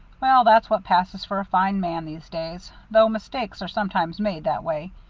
well, that's what passes for a fine man, these days, though mistakes are sometimes made that way.